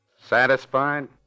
Satisfied